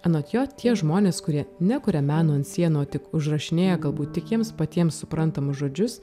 anot jo tie žmonės kurie nekuria meno ant sienų o tik užrašinėja galbūt tik jiems patiems suprantamus žodžius